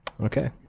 Okay